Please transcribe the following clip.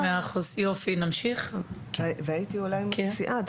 הייתי מציעה,